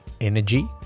energy